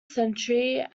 century